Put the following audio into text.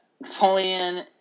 Napoleon